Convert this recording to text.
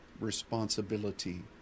responsibility